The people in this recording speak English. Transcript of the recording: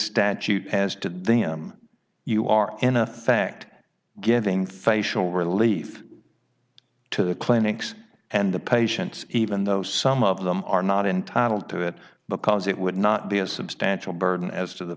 statute has to them you are in effect giving facial relief to the clinics and the patients even though some of them are not entitled to it because it would not be a substantial burden as to the